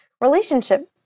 relationship